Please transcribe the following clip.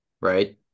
Right